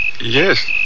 yes